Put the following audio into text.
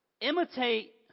Imitate